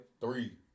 Three